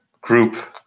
group